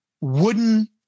wooden